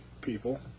people